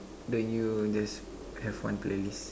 don't you just have one playlist